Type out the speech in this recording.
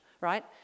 right